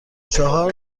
چهار